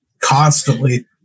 constantly